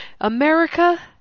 America